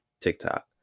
TikTok